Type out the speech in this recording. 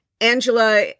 Angela